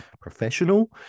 professional